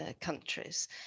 countries